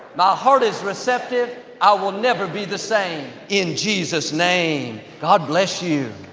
my heart is receptive. i will never be the same in jesus's name. god bless you.